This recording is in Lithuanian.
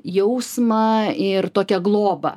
jausmą ir tokią globą